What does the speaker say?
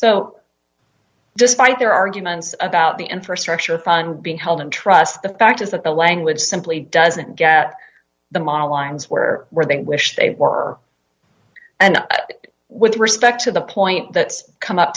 so despite their arguments about the infrastructure fund being held in trust the fact is that the language simply doesn't get the model lines where were they wish they were and with respect to the point that's come up